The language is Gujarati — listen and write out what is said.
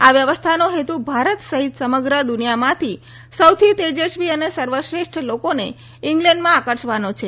આ વ્યવસ્થાનો હેતુ ભારત સહિત સમગ્ર દુનિયામાંથી સૌથી તેજસ્વી અને સર્વશ્રેષ્ઠ લોકોને ઇંગ્લેન્ડમાં આકર્ષવાનો છે